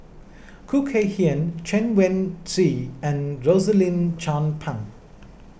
Khoo Kay Hian Chen Wen Hsi and Rosaline Chan Pang